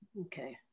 Okay